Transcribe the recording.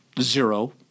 zero